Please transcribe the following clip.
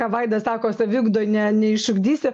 ką vaidas sako saviugdoj ne neišugdysi